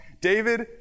David